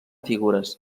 figures